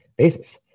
basis